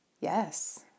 Yes